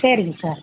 சரிங்க சார்